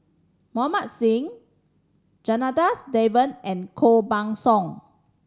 Mohan Singh Janadas Devan and Koh Buck Song